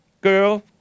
Girl